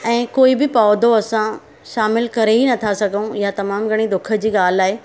ऐं कोई बि पौधो असां शामिलु करे ई नथा सघूं इहा तमामु घणी दुख जी ॻाल्हि आहे